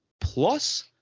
plus